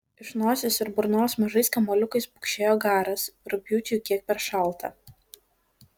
iš nosies ir burnos mažais kamuoliukais pukšėjo garas rugpjūčiui kiek per šalta